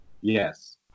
Yes